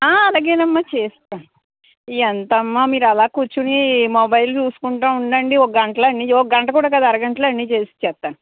అలాగేనమ్మ చేస్తాను ఎంతమ్మా మీరలా కూర్చొనీ మొబైల్ చూసుకుంటు ఉండండి ఒక గంటలో అన్నీ చే ఒక గంట కూడా కాదు అరగంటలో అన్నీ చేసిచ్చేస్తాను